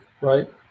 right